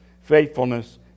faithfulness